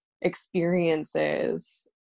experiences